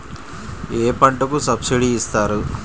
ఏ పంటకు సబ్సిడీ ఇస్తారు?